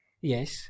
Yes